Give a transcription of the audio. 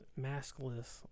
maskless